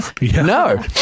No